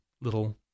little